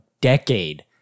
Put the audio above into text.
decade